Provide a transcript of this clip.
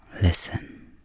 Listen